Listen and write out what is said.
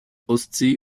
ostsee